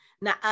Now